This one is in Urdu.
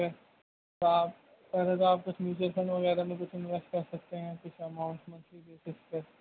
او تو آپ پہلے تو آپ کچھ میوچئل فنڈ وغیرہ میں کچھ انویسٹ کر سکتے ہیں کچھ اماؤنٹ منتھلی بیسز پہ